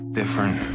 different